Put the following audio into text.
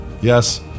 Yes